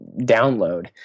download